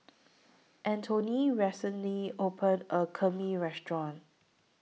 Antione recently opened A New Kheema Restaurant